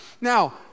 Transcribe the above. Now